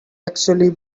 actually